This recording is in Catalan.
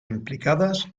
implicades